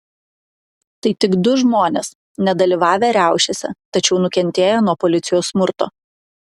tai tik du žmonės nedalyvavę riaušėse tačiau nukentėję nuo policijos smurto